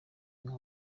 nka